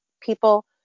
people